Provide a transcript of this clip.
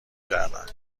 کردن